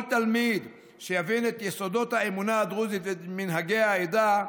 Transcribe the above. כל תלמיד שיבין את יסודות האמונה הדרוזית ואת מנהגי העדה,